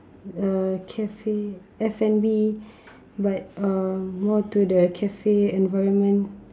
uh Cafe F and B but uh more to the cafe environment